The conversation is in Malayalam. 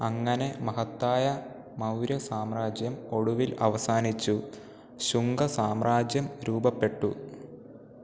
അങ്ങനെ മഹത്തായ മൗര്യ സാമ്രാജ്യം ഒടുവിൽ അവസാനിച്ചു ശുംഗ സാമ്രാജ്യം രൂപപ്പെട്ടു